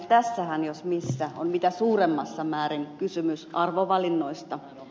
tässähän jos missä on mitä suurimmassa määrin kysymys arvovalinnoista